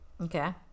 Okay